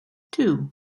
two